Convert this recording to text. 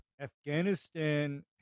Afghanistan